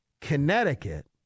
connecticut